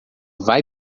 vai